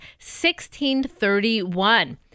1631